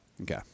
okay